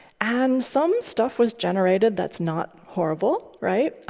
and some stuff was generated that's not horrible, right?